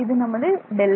இது நமது Δx